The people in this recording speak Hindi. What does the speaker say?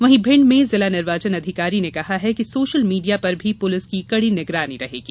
वहीं भिंड में जिला निर्वाचन अधिकारी ने कहा है कि सोशल मीडिया पर भी पुलिस की कड़ी निगरानी रहेगी